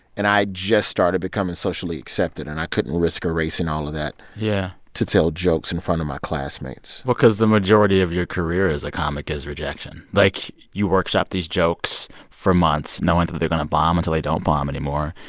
and i just started becoming socially accepted, and i couldn't risk erasing all of that. yeah. to tell jokes in front of my classmates well, cause the majority of your career as a comic is rejection. like, you workshop these jokes for months knowing that they're going to bomb until they don't bomb anymore.